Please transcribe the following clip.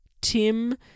Tim